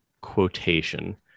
quotation